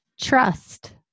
Trust